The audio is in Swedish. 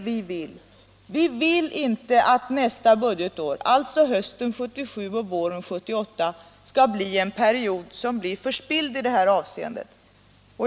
Vi vill inte att nästa budgetår, alltså hösten 1977 och våren 1978, skall bli en förspilld period i detta avseende.